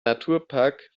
naturpark